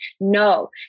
No